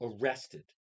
arrested